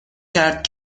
کرد